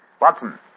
Watson